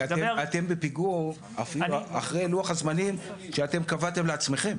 אתם כרגע בפיגור אחרי לוח הזמנים שאתם קבעתם לעצמכם